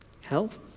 health